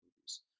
movies